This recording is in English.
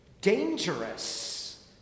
dangerous